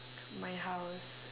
my house